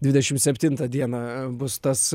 dvidešimt septintą dieną bus tas